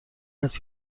هست